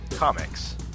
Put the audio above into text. Comics